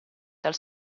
dal